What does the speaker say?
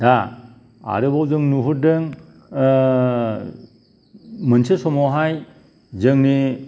दा आरोबाव जों नुहरदों मोनसे समावहाय जोंनि